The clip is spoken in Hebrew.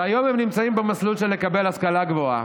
היום הם נמצאים במסלול של לקבל השכלה גבוהה,